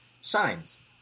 Signs